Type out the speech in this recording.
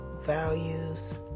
values